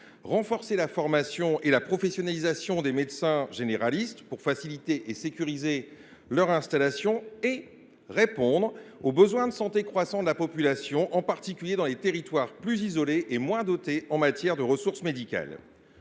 renforcer la formation et la professionnalisation des médecins généralistes afin de faciliter et de sécuriser leur installation ; d’autre part, répondre aux besoins de santé croissants de la population, en particulier dans les territoires plus isolés et moins dotés en ressources médicales.